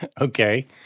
Okay